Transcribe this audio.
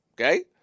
okay